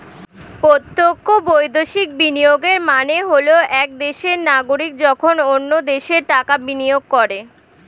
প্রত্যক্ষ বৈদেশিক বিনিয়োগের মানে হল এক দেশের নাগরিক যখন অন্য দেশে টাকা বিনিয়োগ করে